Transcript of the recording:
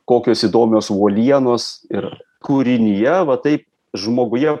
kokios įdomios uolienos ir kūrinyje va tai žmoguje